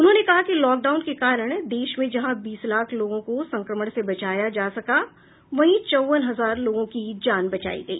उन्होंने कहा कि लॉकडाउन के कारण देश में जहां बीस लाख लोगों को संक्रमण से बचाया सका वहीं चौवन हजार लोगों की जान बचाई गई